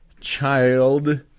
child